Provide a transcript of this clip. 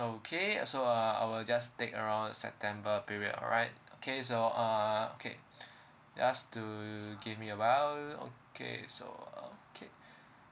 okay uh so I will just take around september period alright okay so uh okay just to to give me a while okay so okay